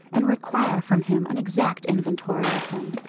and require from him an exact inventory of them.